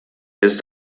ist